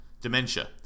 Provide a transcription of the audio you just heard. dementia